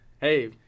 Hey